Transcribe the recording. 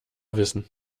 wissen